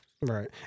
right